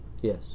Yes